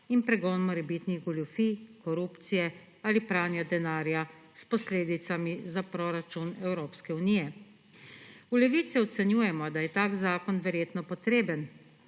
in pregon morebitnih goljufij, korupcije ali pranja denarja s posledicami za proračun Evropske unije. V Levici ocenjujemo, da je tak zakon verjetno potreben,